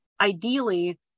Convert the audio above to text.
ideally